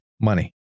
Money